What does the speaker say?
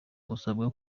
usabwa